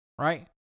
Right